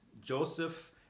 Joseph